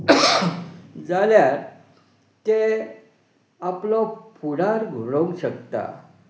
जाल्यार तें आपलो फुडार घडोवंक शकता